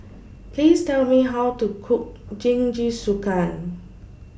Please Tell Me How to Cook Jingisukan